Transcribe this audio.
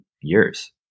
years